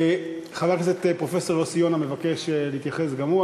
חבר הכנסת פרופסור יוסי יונה מבקש להתייחס גם הוא,